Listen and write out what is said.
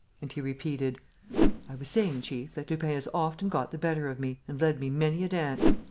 and he repeated i was saying, chief, that lupin has often got the better of me and led me many a dance.